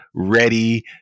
Ready